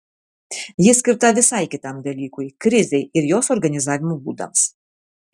ji skirta visai kitam dalykui krizei ir jos organizavimo būdams